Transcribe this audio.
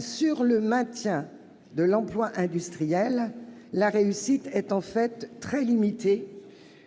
Sur le maintien de l'emploi industriel, la réussite est en réalité très limitée,